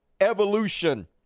evolution